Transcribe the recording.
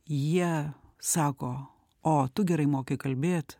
jie sako o tu gerai moki kalbėti